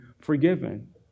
forgiven